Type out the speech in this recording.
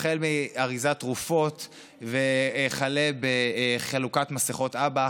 החל באריזת תרופות וכלה בחלוקת מסכות אב"כ.